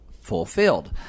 fulfilled